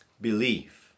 believe